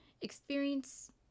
experience